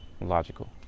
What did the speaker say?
logical